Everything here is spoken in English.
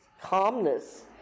calmness